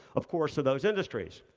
of course, of those industries.